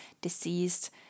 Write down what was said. deceased